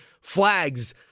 flags